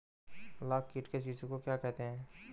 लाख कीट के शिशु को क्या कहते हैं?